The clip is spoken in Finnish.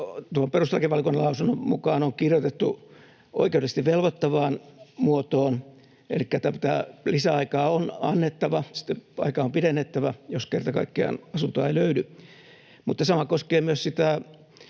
perustuslakivaliokunnan lausunnon mukaan on kirjoitettu oikeudellisesti velvoittavaan muotoon, elikkä tätä lisäaikaa on annettava, sitä aikaa on pidennettävä, jos kerta kaikkiaan asuntoa ei löydy. Mutta sama koskee myös sitä